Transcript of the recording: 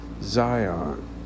Zion